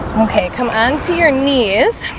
okay, come on to your knees